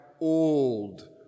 old